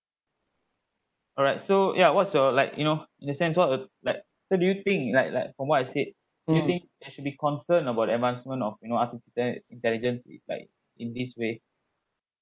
alright so ya what's your like you know in a sense what uh like what do you think like like from what I said do you think it should be concerned about advancement of you know artificial intelligence if like in this way